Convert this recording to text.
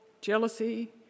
jealousy